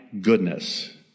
goodness